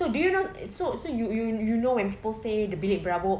so do you know so so you you know when people say the bilik berabuk